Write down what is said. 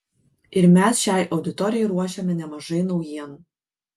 ir mes šiai auditorijai ruošiame nemažai naujienų